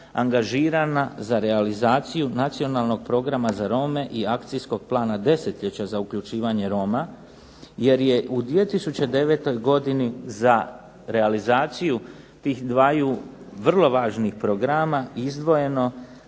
angažirana za realizaciju Nacionalnog programa za Rome i akcijskog plana desetljeća za uključivanje Roma jer je u 2009. godini za realizaciju tih dvaju vrlo važnih programa izdvojeno